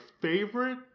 favorite